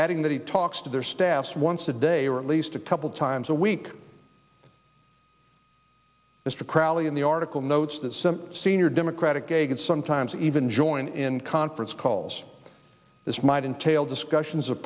adding that he talks to their staffs once a day or at least a couple times a week mr crowley in the article notes that some senior democratic aide and sometimes even join in conference calls this might entail discussions of